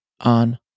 on